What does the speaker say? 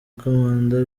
komanda